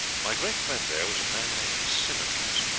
my great friend there was a man named simmonds.